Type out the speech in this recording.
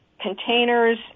containers